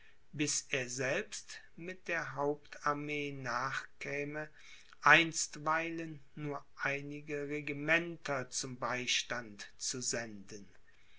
bis er selbst mit der hauptarmee nachkäme einstweilen nur einige regimenter zum beistand zu senden